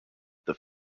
these